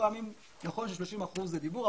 נכון ש-33 אחוזים הם דיבור,